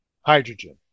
hydrogen